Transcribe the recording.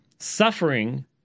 Suffering